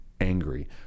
angry